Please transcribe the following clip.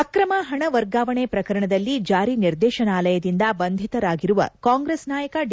ಅಕ್ರಮ ಪಣ ವರ್ಗಾವಣೆ ಪ್ರಕರಣದಲ್ಲಿ ಜಾರಿ ನಿರ್ದೇಶನಾಲಯದಿಂದ ಬಂಧಿತರಾಗಿರುವ ಕಾಂಗ್ರೆಸ್ ನಾಯಕ ಡಿ